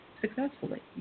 successfully